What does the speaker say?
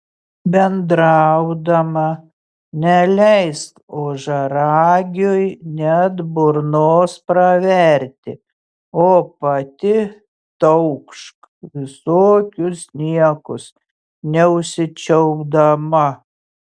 bendraudama neleisk ožiaragiui net burnos praverti o pati taukšk visokius niekus neužsičiaupdama